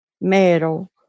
Metal